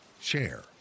share